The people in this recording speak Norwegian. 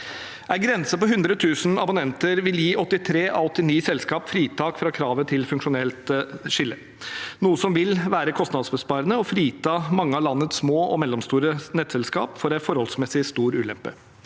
En grense på 100 000 abonnenter vil gi 83 av 89 selskap fritak fra kravet til funksjonelt skille, noe som vil være kostnadsbesparende og frita mange av landets små og mellomstore nettselskap for en forholdsmessig stor ulempe.